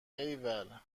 ایول